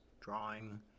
drawing